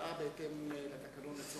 הודעה בהתאם לתקנון.